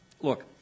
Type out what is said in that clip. Look